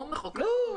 הוא המחוקק או אנחנו?